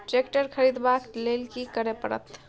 Tractor खरीदबाक लेल की करय परत?